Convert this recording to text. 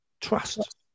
trust